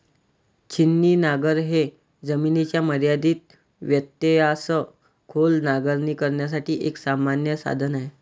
छिन्नी नांगर हे जमिनीच्या मर्यादित व्यत्ययासह खोल नांगरणी करण्यासाठी एक सामान्य साधन आहे